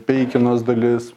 peikenos dalis